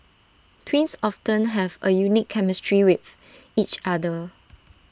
twins often have A unique chemistry with each other